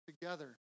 together